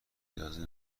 اجازه